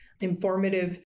informative